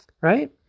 right